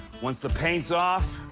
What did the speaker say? once the paint's off,